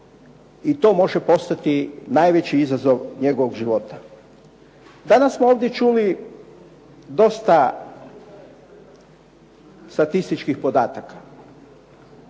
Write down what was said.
i to može postati najveći izazov njegovog života. Danas smo ovdje čuli dosta statističkih podataka.